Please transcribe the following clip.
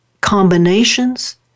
combinations